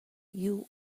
you